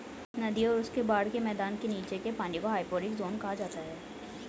नदी और उसके बाढ़ के मैदान के नीचे के पानी को हाइपोरिक ज़ोन कहा जाता है